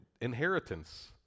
inheritance